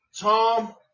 Tom